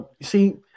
See